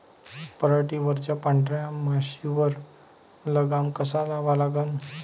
पराटीवरच्या पांढऱ्या माशीवर लगाम कसा लावा लागन?